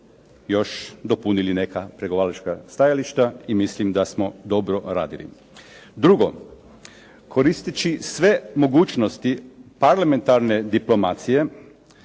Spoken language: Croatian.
još dopunili neka pregovaračka stajališta i mislim da smo dobro radili. Drugo, koristeći sve mogućnosti parlamentarne diplomacije